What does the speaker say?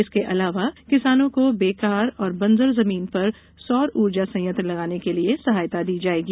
इसके अलावा किसानों को बेकार और बंजर जमीन पर सौर ऊर्जा संयंत्र लगाने के लिये सहायता दी जाएगी